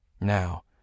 Now